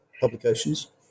publications